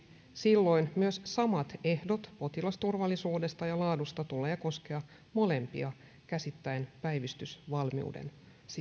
silloin myös samat ehdot potilasturvallisuudesta ja laadusta tulee koskea molempia käsittäen päivystysvalmiuden